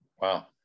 Wow